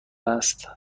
هست